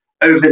over